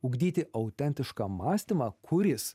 ugdyti autentišką mąstymą kuris